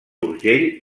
urgell